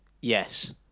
Yes